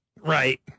Right